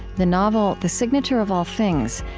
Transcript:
the novel the signature of all things,